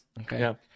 Okay